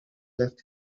left